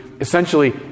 essentially